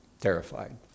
terrified